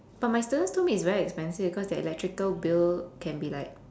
but my students told me it's very expensive cause their electrical bill can be like